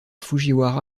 fujiwara